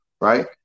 right